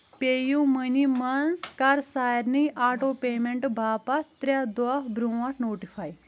پے U money منٛز کر سارنٕے آٹو پیمنٹ باپتھ ترٛےٚ دۄہ برٛونٛٹھ نوٹفاے